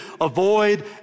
avoid